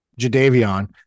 Jadavion